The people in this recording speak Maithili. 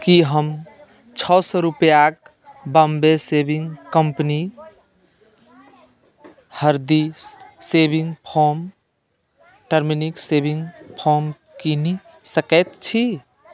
की हम छओ सए रूपैयाक बॉम्बे शेविङ्ग कंपनी हरदि shaving foam turmeric shaving foam किनी सकैत छी